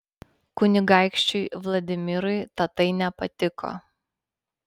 kunigaikščiui vladimirui tatai nepatiko